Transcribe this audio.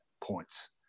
points